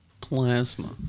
Plasma